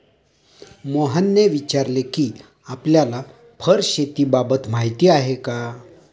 मोहनने विचारले कि आपल्याला फर शेतीबाबत माहीती आहे का?